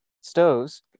stoves